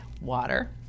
water